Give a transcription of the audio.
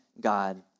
God